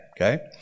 Okay